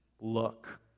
look